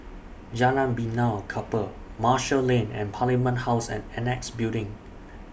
Jalan Benaan Kapal Marshall Lane and Parliament House and Annexe Building